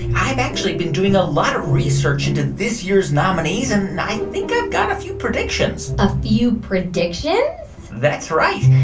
i've actually been doing a lot of research into this year's nominees. and i think i've got a few predictions a few predictions? that's right.